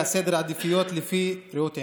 עדיפויות לפי ראות עיניו.